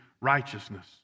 righteousness